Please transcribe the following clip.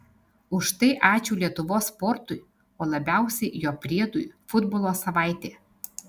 už tai ačiū lietuvos sportui o labiausiai jo priedui futbolo savaitė